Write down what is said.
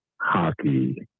hockey